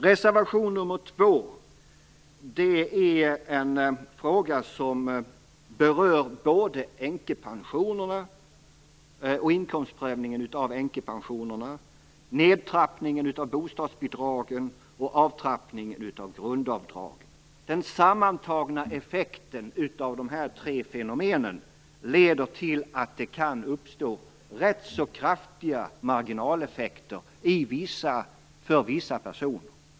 Reservation nr 2 berör såväl änkepensionerna och inkomstprövningen av änkepensionerna som nedtrappningen av bostadsbidragen och avtrappningen av grundavdraget. Den sammanlagda effekten av dessa tre fenomen leder till att det kan uppstå ganska kraftiga marginaleffekter för vissa personer.